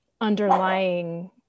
underlying